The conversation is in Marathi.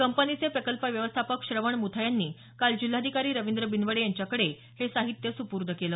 कंपनीचे प्रकल्प व्यवस्थापक श्रवण मुथा यांनी काल जिल्हाधिकारी रवींद्र बिनवडे यांच्याकडे हे साहित्य सुपूर्द केलं